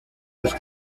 las